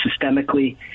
systemically